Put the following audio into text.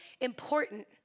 important